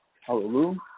Hallelujah